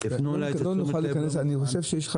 הגשתם